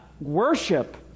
worship